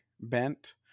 bent